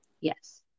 Yes